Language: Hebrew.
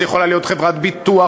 זו יכולה להיות חברת ביטוח,